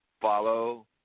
follow